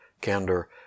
candor